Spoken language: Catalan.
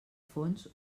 fons